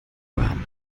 euren